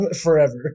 forever